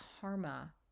karma